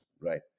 right